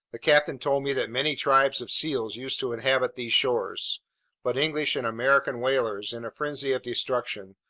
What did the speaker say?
the captain told me that many tribes of seals used to inhabit these shores but english and american whalers, in a frenzy of destruction,